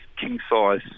king-size